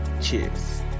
Cheers